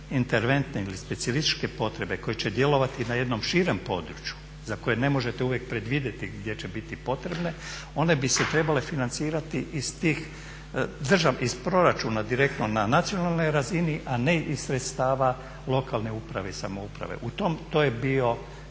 interventne ili specijalističke potrebe koje će djelovati na jednom širem području za koje ne možete uvijek predvidjeti gdje će biti potrebne, one bi se trebale financirati iz tih, iz proračuna direktno na nacionalnoj razini a ne iz sredstava lokalne uprave i samouprave. U tom, to je bio,